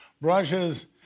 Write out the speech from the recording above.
brushes